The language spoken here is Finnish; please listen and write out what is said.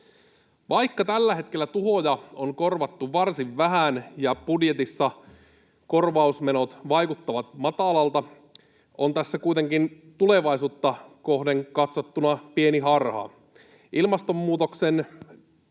Vaikka tällä hetkellä tuhoja on korvattu varsin vähän ja budjetissa korvausmenot vaikuttavat matalilta, on tässä kuitenkin tulevaisuutta kohden katsottuna pieni harha. Ilmastonmuutoksen